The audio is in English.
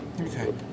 Okay